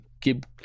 keep